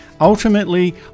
Ultimately